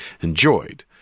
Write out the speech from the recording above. enjoyed